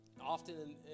often